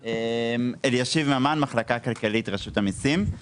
מן המחלקה הכלכלית ברשות המיסים.